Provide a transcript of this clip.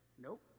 nope